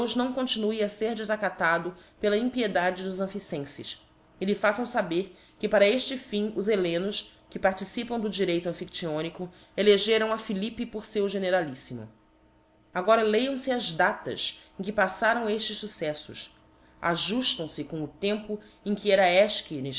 não continue a fer defacatado pela impiedade dos amphiflenfes e lhe façam fiiber que para efte fim os hellenos que participam do direito amphichonico elegeram a philippe por feu gencraliffin agora lêam fe as datas cm que palfaram eftcs fuccela uftam fc com o tempo em que era